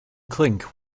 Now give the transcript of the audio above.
clink